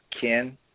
Ken